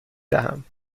دهم